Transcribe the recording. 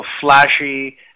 flashy